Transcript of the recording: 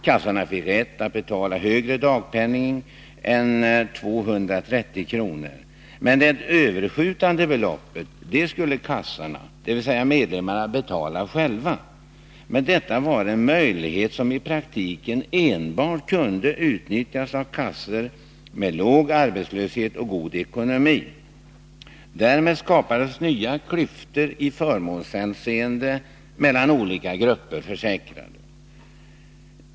Kassorna fick rätt att betala högre dagpenning än 230 kr., men det överskjutande beloppet skulle kassorna, dvs. deras medlemmar, betala själva. Men detta var en möjlighet som i praktiken enbart kunde utnyttjas av kassor med låg arbetslöshet och god ekonomi. Därmed skapades nya klyftor i förmånshänseende mellan olika grupper försäkrade.